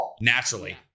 naturally